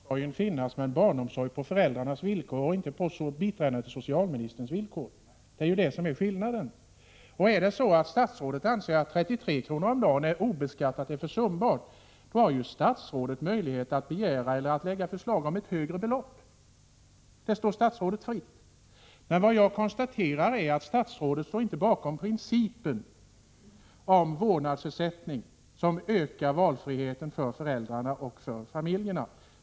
Herr talman! Visst skall barnomsorgen finnas, men en barnomsorg på föräldrarnas villkor och inte på biträdande socialministerns villkor. Det är ju det som är skillnaden. Om statsrådet anser att en obeskattad ersättning på 33 kr. om dagen är försumbar, då har ju statsrådet möjlighet att lägga fram förslag om ett högre belopp. Det står statsrådet fritt. Jag konstaterar att statsrådet inte står bakom principen om vårdnadsersättning, som ökar valfriheten för föräldrarna och för familjerna.